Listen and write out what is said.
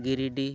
Giridih